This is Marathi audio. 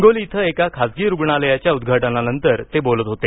हिंगोली इथं एका खासगी रुग्णालयाच्या उद्घाटनानंतर ते बोलत होते